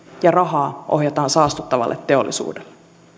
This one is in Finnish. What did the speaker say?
ja rahaa ohjataan saastuttavalle teollisuudelle